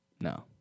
no